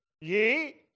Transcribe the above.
Ye